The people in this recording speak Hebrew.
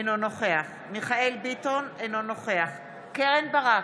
אינו נוכח מיכאל מרדכי ביטון, אינו נוכח קרן ברק,